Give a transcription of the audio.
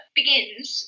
begins